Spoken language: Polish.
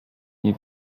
nie